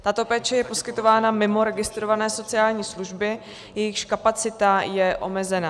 Tato péče je poskytována mimo registrované sociální služby, jejichž kapacita je omezená.